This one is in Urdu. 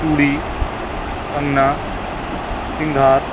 چوڑی کنگنا سنگھار